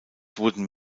wurden